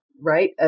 right